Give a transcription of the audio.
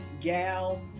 gal